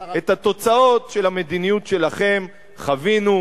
את התוצאות של המדיניות שלכם חווינו,